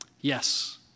Yes